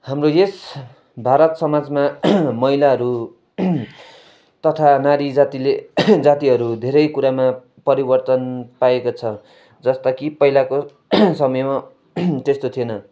हाम्रो यस भारत समाजमा महिलाहरू तथा नारी जातिले जातिहरू धेरै कुरामा परिवर्तन पाएको छ जस्ता कि पहिलाको समयमा त्यस्तो थिएन